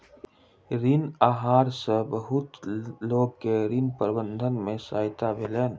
ऋण आहार सॅ बहुत लोक के ऋण प्रबंधन में सहायता भेलैन